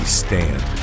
stand